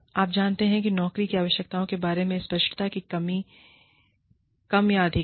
आप जानते हैं नौकरी की आवश्यकताओं के बारे में स्पष्टता की कमी कम या अधिक है